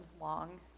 long